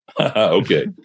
Okay